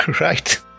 right